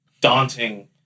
daunting